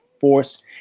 force